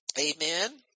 amen